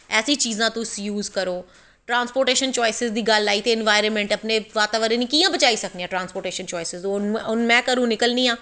ऐसी चीज़ां तुस यूज़ करो ट्रास्पोटेशन चाईसिस दी गल्ल आई ते इन्बाइरनमैंट कियां बचाई सकने आ ट्रास्पोटेशन चाईसिस हून में घरों निकलनी आं